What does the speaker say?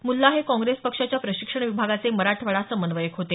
मुल्ला हे काँग्रेस पक्षाच्या प्रशिक्षण विभागाचे मराठवाडा समन्वयक होते